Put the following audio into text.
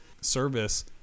service